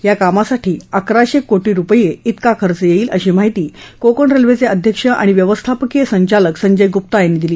या कामासाठी अकराशे कोटी रुपये त्रेका खर्च येईल अशी माहिती कोकण रेल्वेचे अध्यक्ष आणि व्यवस्थापकीय संचालक संजय गुप्ता यांनी दिली